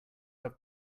have